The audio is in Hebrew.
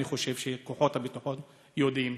אני חושב שכוחות הביטחון יודעים,